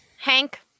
Hank